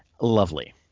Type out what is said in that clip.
lovely